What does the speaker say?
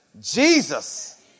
Jesus